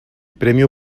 premio